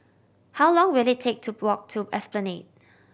how long will it take to walk to Esplanade